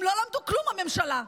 הם לא למדו כלום, הממשלה.